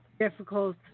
difficult